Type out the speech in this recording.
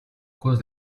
cause